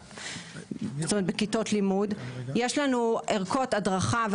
בכיתות לימוד; יש לנו ערכות הדרכה,